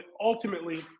ultimately